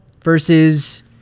versus